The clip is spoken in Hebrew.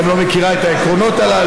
היא גם לא מכירה את העקרונות הללו.